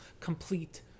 complete